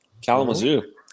Kalamazoo